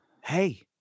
Hey